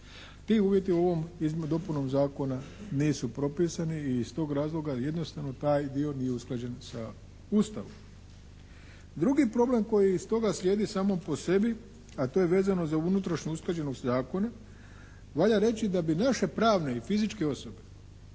Ti uvjeti u ovim dopunama zakona nisu propisani i iz tog razloga jednostavno taj dio nije usklađen sa Ustavom. Drugi problem koji stoga slijedi samo po sebi, a to je vezano za unutrašnju usklađenost zakona valja reći da bi naše pravne i fizičke osobe